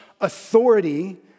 authority